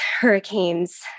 hurricanes